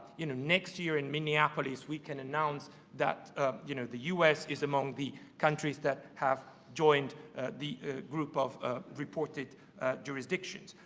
you know, next year in minneapolis, we can announce that you know the u s. is among the countries that have joined the group of ah reported jurisdictions.